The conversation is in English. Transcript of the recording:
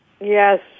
Yes